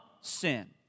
sin